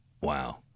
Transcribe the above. Wow